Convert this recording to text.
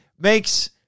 makes